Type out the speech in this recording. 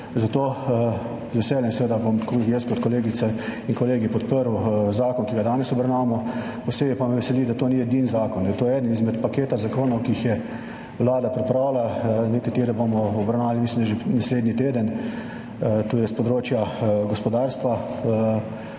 Zato, z veseljem, seveda, bom tako jaz kot kolegice in kolegi podprl zakon, ki ga danes obravnavamo. Posebej pa me veseli, da to ni edini zakon, da je to eden izmed paketa zakonov, ki jih je Vlada pripravila. Nekatere bomo obravnavali, mislim, da že naslednji teden, to je s področja gospodarstva,